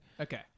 Okay